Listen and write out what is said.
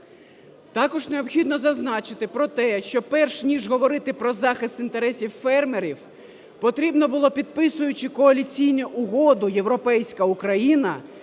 Також необхідно зазначити проте, що перш ніж говорити про захист інтересів фермерів, потрібно було підписуючи коаліційну угоду "Європейська Україна",